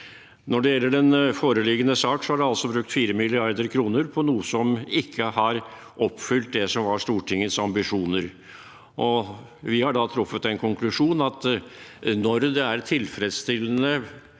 Når det gjelder den foreliggende sak, er det altså brukt 4 mrd. kr på noe som ikke har oppfylt det som var Stortingets ambisjoner. Vi har da trukket den konklusjon at når det er tilfredsstillende